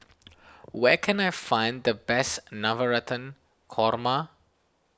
where can I find the best Navratan Korma